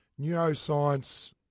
neuroscience